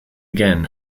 again